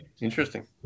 Interesting